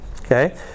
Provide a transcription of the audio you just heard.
okay